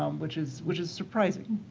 um which is which is surprising,